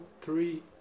three